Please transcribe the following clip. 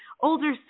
older